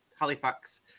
Halifax